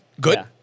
Good